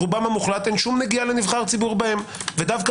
רובן המוחלט אין שום נגיעה לנבחר ציבור בהן ודווקא